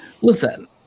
listen